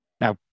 Now